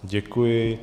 Děkuji.